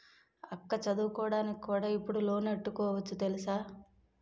అక్కా చదువుకోడానికి కూడా ఇప్పుడు లోనెట్టుకోవచ్చు తెలుసా?